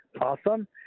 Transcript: Awesome